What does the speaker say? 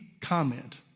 comment